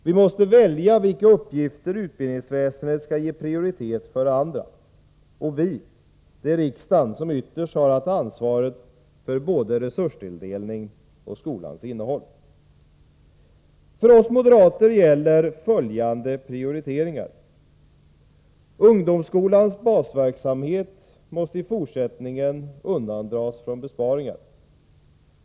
Vi måste välja vilka uppgifter utbildningsväsendet skall ge prioritet före andra. Och ”vi”, det är riksdagen, som ytterst har att ta anvaret för både resurstilldelning och skolans innehåll. För oss moderater gäller följande prioriteringar. Ungdomsskolans basverksamhet måste i fortsättningen undandras från besparingar.